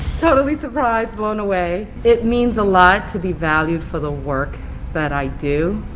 totally surprised blown away. it means a lot to be valued for the work that i do